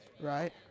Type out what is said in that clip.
Right